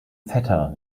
vetter